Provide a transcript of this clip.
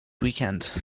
weekend